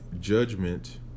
judgment